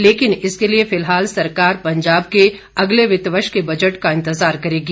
लेकिन इसके लिए फिलहाल सरकार पंजाब के अगले वित्त वर्ष के बजट का इंतजार करेगी